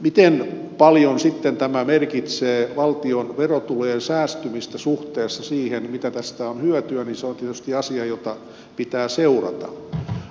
miten paljon sitten tämä merkitsee valtion verotulojen säästymistä suhteessa siihen mitä tästä on hyötyä on tietysti asia jota pitää seurata